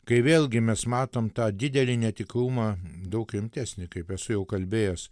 kai vėlgi mes matom tą didelį netikrumą daug rimtesnį kaip esu jau kalbėjęs